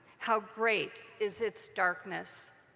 how great is its darkness!